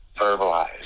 verbalize